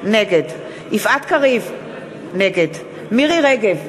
נגד יפעת קריב, נגד מירי רגב,